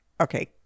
okay